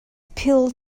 pill